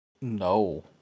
no